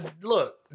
Look